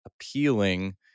appealing